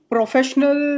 Professional